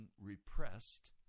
repressed